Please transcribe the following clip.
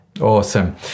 Awesome